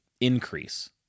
increase